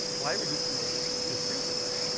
why reduce the motors to two hertz?